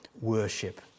worship